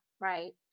right